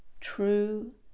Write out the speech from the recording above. true